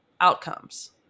outcomes